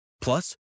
Plus